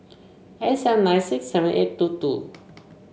eight seven nine six seven eight two two